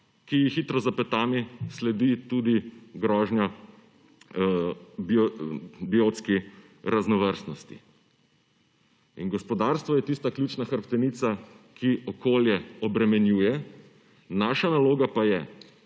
ji hitro za petami sledi tudi grožnja biotski raznovrstnosti, in gospodarstvo je tista ključna hrbtenica, ki okolje obremenjuje, naša naloga pa je,